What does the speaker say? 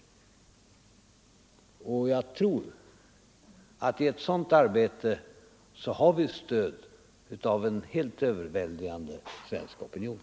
Jag tror att i ett sådant arbete har vi stöd av en helt överväldigande svensk opinion.